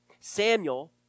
Samuel